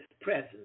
presence